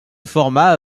forma